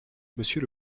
monsieur